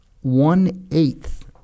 one-eighth